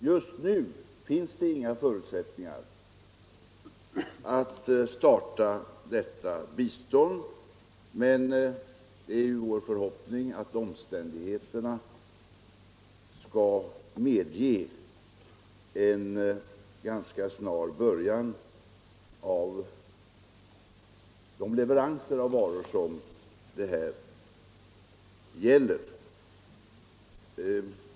Just nu finns det inga förutsättningar att starta detta bistånd, men det är vår förhoppning att omständigheterna skall medge att leveranser av de varor som det här gäller ganska snart kan börja.